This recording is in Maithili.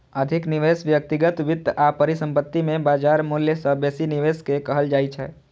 अधिक निवेश व्यक्तिगत वित्त आ परिसंपत्ति मे बाजार मूल्य सं बेसी निवेश कें कहल जाइ छै